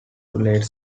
late